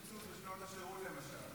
חבר הכנסת ווליד טאהא.